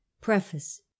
Preface